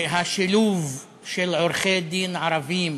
השילוב של עורכי-דין ערבים